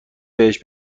بهش